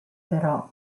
però